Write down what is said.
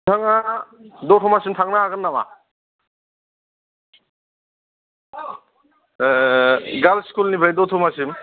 नोंथाङा दत'मासिम थांनो हागोन नामा गालर्स स्कुलनिफ्राय दत'मासिम